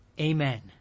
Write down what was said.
Amen